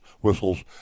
whistles